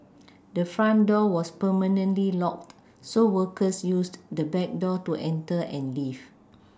the front door was permanently locked so workers used the back door to enter and leave